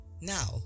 Now